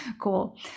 cool